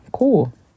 cool